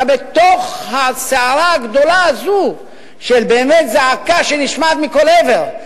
אתה בתוך הסערה הגדולה הזאת של באמת זעקה שנשמעת מכל עבר.